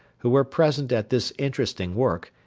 who were present at this interesting work,